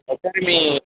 ఒక సారి మీ